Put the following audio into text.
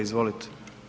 Izvolite.